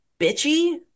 bitchy